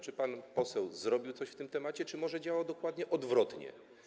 Czy pan poseł zrobił coś w tej sprawie, czy może działał dokładnie odwrotnie?